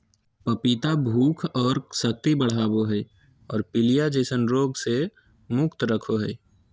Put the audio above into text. पपीता भूख और शक्ति बढ़ाबो हइ और पीलिया जैसन रोग से मुक्त रखो हइ